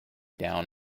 down